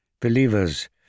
Believers